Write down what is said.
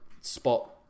spot